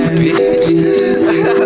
bitch